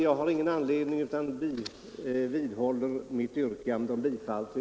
Jag vidhåller mitt yrkande om bifall till utskottets hemställan.